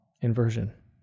inversion